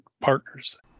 partners